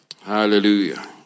Hallelujah